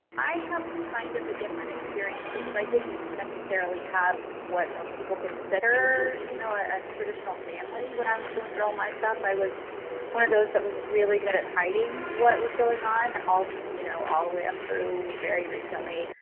i have kind of a different experience because i didn't necessarily have what most people consider, you know, a a traditional family when i was going through all my stuff. i was one of those that was really good at hiding what was going on. and you know, all the way up ah through very recently.